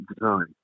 design